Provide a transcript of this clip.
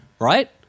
right